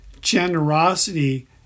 generosity